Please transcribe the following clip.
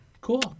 Cool